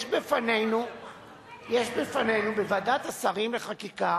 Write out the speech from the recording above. יש בפנינו בוועדת השרים לחקיקה